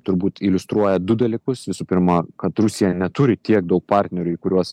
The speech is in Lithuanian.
turbūt iliustruoja du dalykus visų pirma kad rusija neturi tiek daug partnerių į kuriuos